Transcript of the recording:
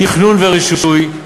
תכנון ורישוי,